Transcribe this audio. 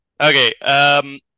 Okay